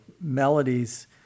melodies